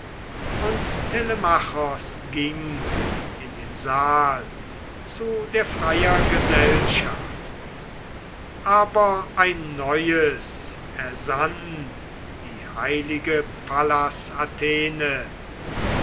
und telemachos ging in den saal zu der freier gesellschaft aber ein neues ersann die heilige